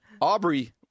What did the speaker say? Aubrey